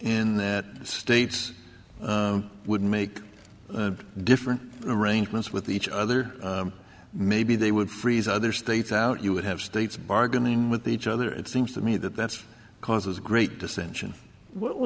in that states would make different arrangements with each other maybe they would freeze other states out you would have states bargaining with each other it seems to me that that's causes great dissension what w